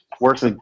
works